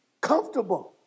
comfortable